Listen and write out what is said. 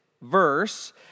verse